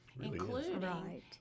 including